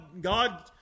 God